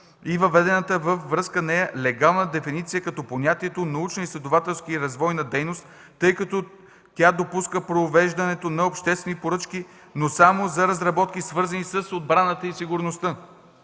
и въведената във връзка с нея легална дефиниция като понятието „научноизследователска и развойна дейност”, тъй като тя допуска провеждането на обществени поръчки, но само за разработки, свързани с отбраната и сигурността.